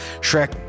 Shrek